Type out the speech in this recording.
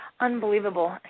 Unbelievable